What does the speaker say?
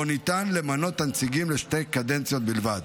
שבו ניתן למנות את הנציגים לשתי קדנציות בלבד.